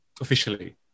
officially